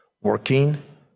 working